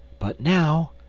but now,